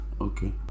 Okay